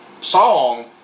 song